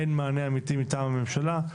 אין מענה אמיתי מטעם הממשלה.